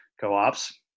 co-ops